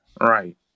Right